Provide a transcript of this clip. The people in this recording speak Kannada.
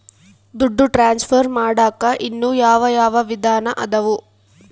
ದುಡ್ಡು ಟ್ರಾನ್ಸ್ಫರ್ ಮಾಡಾಕ ಇನ್ನೂ ಯಾವ ಯಾವ ವಿಧಾನ ಅದವು?